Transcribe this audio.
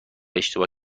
اشتباه